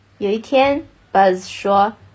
有一天,Buzz说